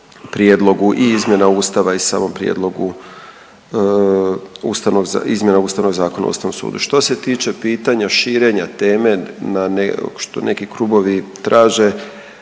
prijedlogu i izmjena Ustava i samom prijedlogu izmjena Ustavnog zakona o ustavnom sudu. Što se tiče pitanja širenja teme na ne što neki klubovi traže